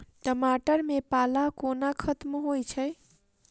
टमाटर मे पाला कोना खत्म होइ छै?